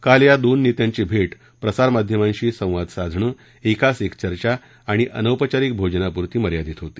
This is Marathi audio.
काल या दोन नेत्यांची भेट प्रसारमाध्यमांशी संवाद साधणं एकास एक चर्चा आणि अनौपचारिक भोजनापुरती मर्यादित होती